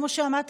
כמו שאמרתי,